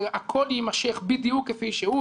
הכול יימשך בדיוק כפי שהוא.